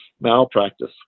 Malpractice